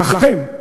שלכם,